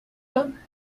done